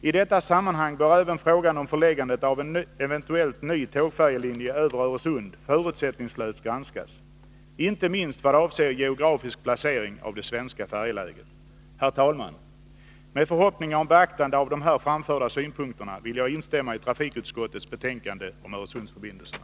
I detta sammanhang bör även frågan om förläggandet av en eventuell ny tåg-färje-linje över Öresund förutsättningslöst granskas, inte minst vad avser geografisk placering av det svenska färjeläget. Herr talman! Med förhoppningar om beaktande av de här framförda synpunkterna vill jag instämma i trafikutskottets hemställan i betänkandet om Öresundsförbindelserna.